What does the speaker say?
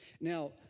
Now